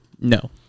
No